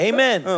Amen